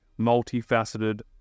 multifaceted